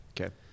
Okay